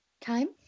Time